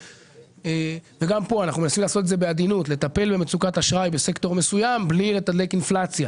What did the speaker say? אנחנו מנסים לטפל במצוקת האשראי בסקטור מסוים בלי לתדלק אינפלציה.